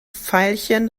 veilchen